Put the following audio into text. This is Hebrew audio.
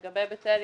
לגבי בית אל,